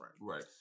Right